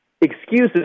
excuses